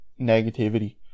negativity